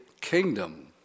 kingdom